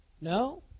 No